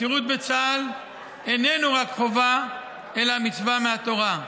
השירות בצה"ל איננו רק חובה אלא מצווה מהתורה,